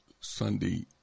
Sunday